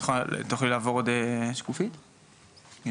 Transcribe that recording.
אז